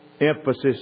emphasis